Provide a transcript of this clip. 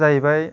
जाहैबाय